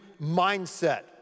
mindset